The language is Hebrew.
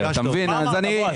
בסדר, אתה מבין?